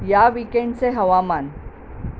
या विकेंडचे हवामान